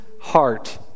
heart